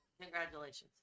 Congratulations